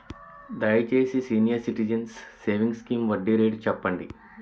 దయచేసి senior citizens savings scheme వడ్డీ rate చెప్పండి